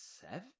seven